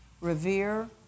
revere